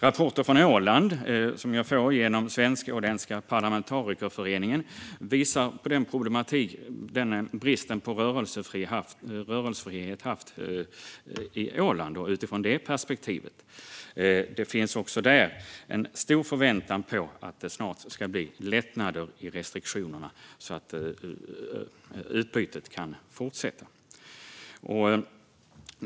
Rapporter från Åland, som jag får genom Svensk-Åländska parlamentarikerföreningen, visar på den problematik bristen på rörelsefrihet medfört för Åland. Också där finns en stor förväntan på att det snart ska bli lättnader i restriktionerna, så att utbytet kan fortsätta.